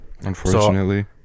Unfortunately